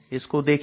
इसको देखिए